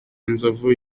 inzovu